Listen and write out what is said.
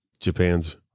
Japan's